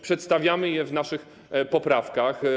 Przedstawiamy je w naszych poprawkach.